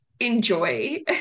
enjoy